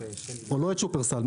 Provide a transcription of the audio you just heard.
או לא את שופרסל,